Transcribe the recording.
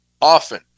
often